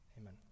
Amen